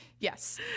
Yes